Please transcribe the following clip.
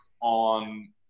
on